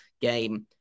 game